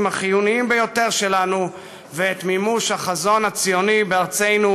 החיוניים ביותר שלנו ואת מימוש החזון הציוני בארצנו,